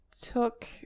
took